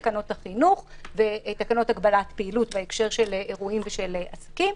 תקנות החינוך ותקנות הגבלת פעילות בהקשר של אירועים ועסקים.